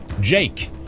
Jake